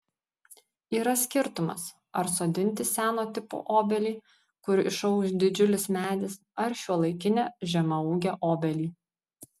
yra skirtumas ar sodinti seno tipo obelį kur išaugs didžiulis medis ar šiuolaikinę žemaūgę obelį